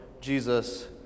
Jesus